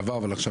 אממה,